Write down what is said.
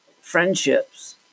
friendships